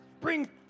Bring